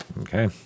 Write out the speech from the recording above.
Okay